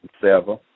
sever